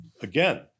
again